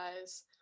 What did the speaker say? guys